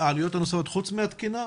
העלויות הנוספות חוץ מהתקינה?